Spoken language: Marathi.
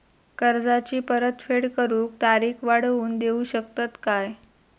कर्जाची परत फेड करूक तारीख वाढवून देऊ शकतत काय?